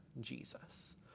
Jesus